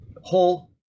whole